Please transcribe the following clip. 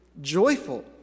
joyful